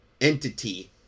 entity